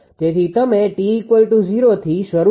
તેથી તમે t૦થી શરૂ કરશો